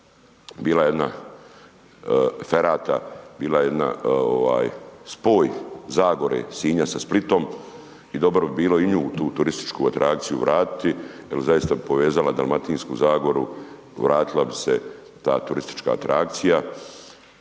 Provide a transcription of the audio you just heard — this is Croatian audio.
bila jedna ferata, bila jedna ovaj spoj Zagore Sinja sa Splitom i dobro bi bilo i nju u tu turističku atrakciju vratiti jer zaista bi povezala Dalmatinsku zagoru, vratila bi se ta turistička atrakcija